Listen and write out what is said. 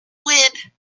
wind